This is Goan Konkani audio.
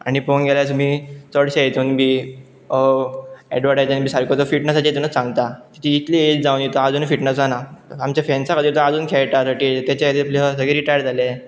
आनी पळोवंक गेल्यार तुमी चडशे हितून बी एडवटायजनी बी सारकोचो फिटनसा तेतुनूच सांगता तितली इतली एज जावन आजूनय फिटनसाना आमच्या फेन्सा खातीर आजून खेळटा तेचे खातर सगळें रिटायर जाले